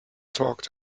talked